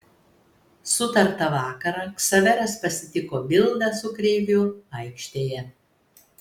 sutartą vakarą ksaveras pasitiko bildą su kreiviu aikštėje